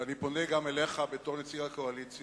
אני פונה גם אליך בתור נציג הקואליציה.